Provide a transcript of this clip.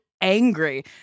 angry